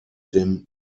dem